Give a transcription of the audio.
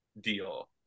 deal